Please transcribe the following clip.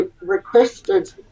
requested